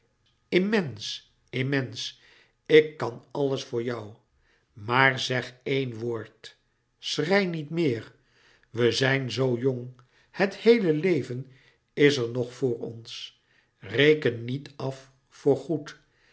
immens immens ik kan alles voor jou maar zeg één woord schrei niet meer we zijn zoo jong het heele leven is er nog voor ons reken niet af voor goed